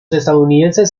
estadounidenses